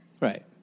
Right